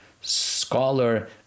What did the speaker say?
scholar